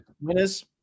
Winners